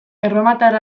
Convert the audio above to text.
erromatar